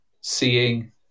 seeing